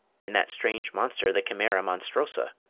in that strange monster, the chimaera monstrosa,